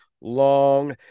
long